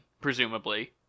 presumably